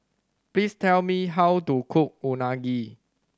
please tell me how to cook Unagi